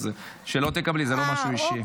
זה לא משהו אישי.